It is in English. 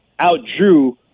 outdrew